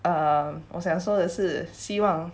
我想说的是希望